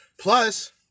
Plus